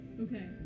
Okay